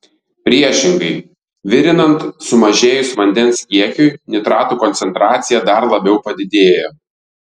priešingai virinant sumažėjus vandens kiekiui nitratų koncentracija dar labiau padidėja